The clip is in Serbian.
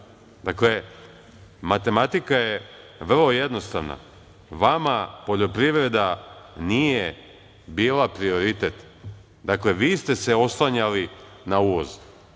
traži. Dakle, matematika je vrlo jednostavna. Vama poljoprivreda nije bila prioritet. Dakle, vi ste se oslanjali na uvoz.